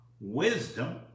wisdom